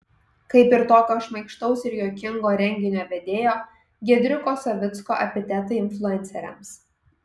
kaip ir tokio šmaikštaus ir juokingo renginio vedėjo giedriuko savicko epitetai influenceriams